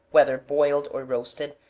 whether boiled or roasted,